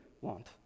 want